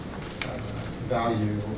value